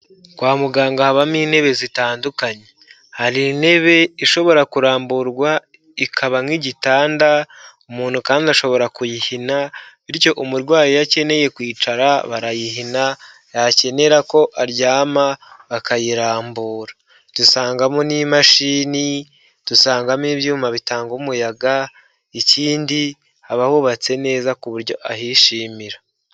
Kwa muganga habamo intebe zitandukanye, hari intebe ishobora kuramburwa ikaba nk'igitanda umuntu kandi ashobora kuyihina, bityo umurwayi iyo akeneye kwicara barayihina, yakenera ko aryama bakayirambura, dusangamo n'imashini, dusangamo ibyuma bitanga umuyaga, ikindi haba hubatse neza ku buryo ahishimira.